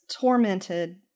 tormented